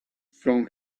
from